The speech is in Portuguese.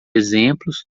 exemplos